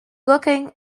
cooking